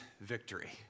victory